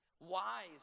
Wise